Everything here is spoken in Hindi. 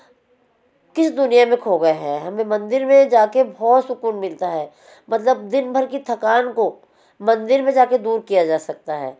किस दुनिया में खो गए हैं हमें मंदिर में जा कर बहुत सुकून मिलता है मतलब दिन भर की थकान को मंदिर में जा कर दूर किया जा सकता है